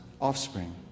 offspring